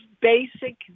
basic